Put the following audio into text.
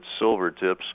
Silvertips